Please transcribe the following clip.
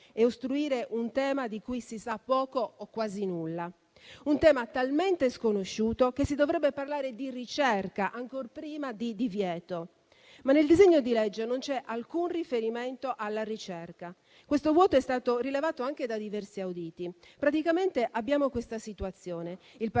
e ostruire un tema di cui si sa poco o quasi nulla, talmente sconosciuto che si dovrebbe parlare di ricerca, ancor prima che di divieto. Nel disegno di legge, però, non c'è alcun riferimento alla ricerca; questo vuoto è stato rilevato anche da diversi auditi. Praticamente abbiamo la seguente situazione: